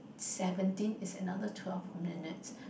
seventeen is another twelve minutes